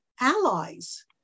allies